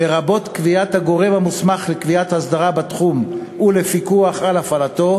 לרבות קביעת הגורם המוסמך לקביעת הסדרה בתחום ולפיקוח על הפעלתו,